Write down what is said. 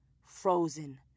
Frozen